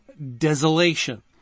Desolation